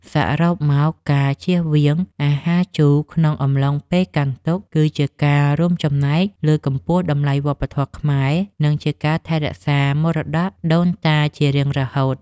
សរុបមកការជៀសវាងអាហារជូរក្នុងអំឡុងពេលកាន់ទុក្ខគឺជាការរួមចំណែកលើកកម្ពស់តម្លៃវប្បធម៌ខ្មែរ និង ជាការថែរក្សាមរតកដូនតាជារៀងរហូត។